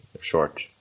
short